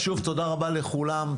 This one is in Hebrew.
שוב, תודה רבה לכולם.